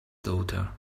daughter